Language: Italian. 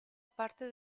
parte